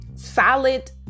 solid